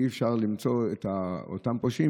ואי-אפשר למצוא את אותם פושעים?